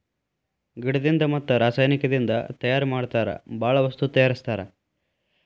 ಗಿಡದಿಂದ ಮತ್ತ ರಸಾಯನಿಕದಿಂದ ತಯಾರ ಮಾಡತಾರ ಬಾಳ ವಸ್ತು ತಯಾರಸ್ತಾರ